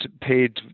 paid